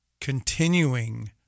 continuing